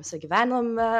visi gyvenome